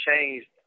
changed